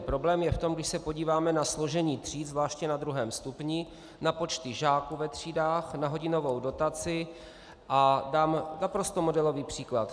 Problém je v tom, když se podíváme na složení tříd na druhém stupni, na počty žáků ve třídách, na hodinovou dotaci a dám naprosto modelový příklad.